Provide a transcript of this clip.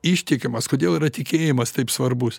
ištikimas kodėl yra tikėjimas taip svarbus